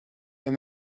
and